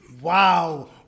Wow